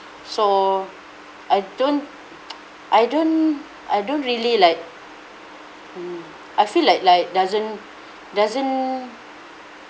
so I don't I don't I don't really like mm I feel like like doesn't doesn't